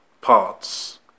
parts